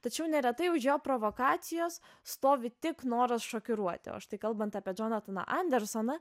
tačiau neretai už jo provokacijos stovi tik noras šokiruoti o štai kalbant apie džonataną andersoną